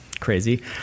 crazy